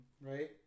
right